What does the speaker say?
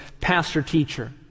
pastor-teacher